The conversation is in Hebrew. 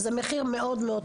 זהו מחיר מאוד מאוד כבד.